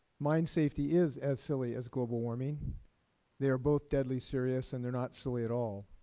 mining safety is as silly as global warming they are both deadly serious and they are not silly at all.